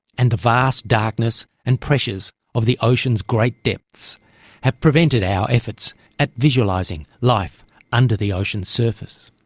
and the vast darkness and pressures of the ocean's great depths have prevented our efforts at visualising life under the ocean's surface.